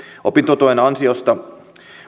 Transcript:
opintotuen ansiosta